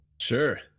Sure